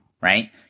Right